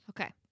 Okay